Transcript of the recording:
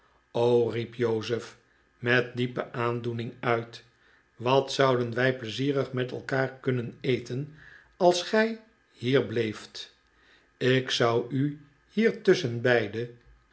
riep jozef met diepe aandoening uit wat zouden wij pleizierig met elkaar kunnen eten als gij hier bleeft ik zou u hier